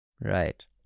right